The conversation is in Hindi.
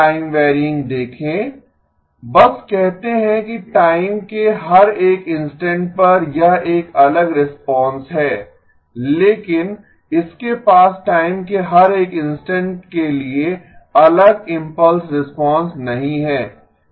टाइम वैरयिंग देखें बस कहते हैं कि टाइम के हर एक इंस्टेंट पर यह एक अलग रिस्पांस है लेकिन इसके पास टाइम के हर एक इंस्टेंट के लिए अलग इम्पल्स रिस्पांस नहीं है